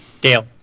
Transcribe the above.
Dale